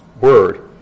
word